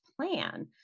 plan